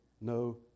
no